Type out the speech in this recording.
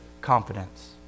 confidence